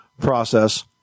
process